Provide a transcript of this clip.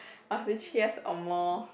must be three years or more